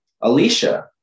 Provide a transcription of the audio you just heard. Alicia